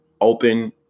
open